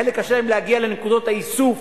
לחלק קשה להגיע לנקודות האיסוף